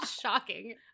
Shocking